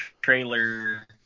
trailer